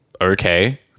okay